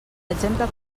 exemple